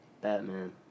Batman